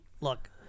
look